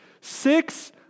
six